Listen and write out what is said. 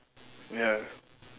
ya